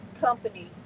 company